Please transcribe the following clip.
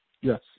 Yes